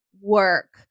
work